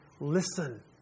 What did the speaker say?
listen